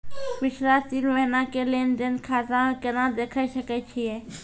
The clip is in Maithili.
पिछला तीन महिना के लेंन देंन खाता मे केना देखे सकय छियै?